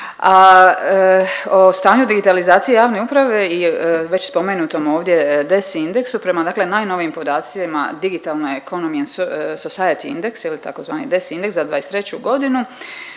A o stanju digitalizacije javne uprave i već spomenutom ovdje DESI indeksu prema dakle najnovijim podacima Digital Economny and Society Indeks je li tzv. DESI indeks za '23. godinu